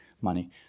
money